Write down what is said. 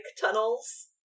tunnels